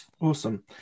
Awesome